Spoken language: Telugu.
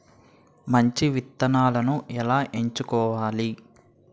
మంచి విత్తనాలను ఎలా ఎంచుకోవాలి?